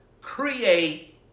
create